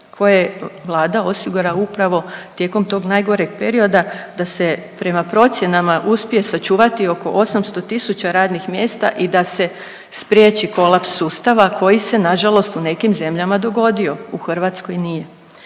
koje Vlada osigura upravo tijekom tog najgoreg perioda da se prema procjenama uspije sačuvati oko 800 000 radnih mjesta i da se spriječi kolaps sustava koji se na žalost u nekim zemljama dogodio. U Hrvatskoj nije.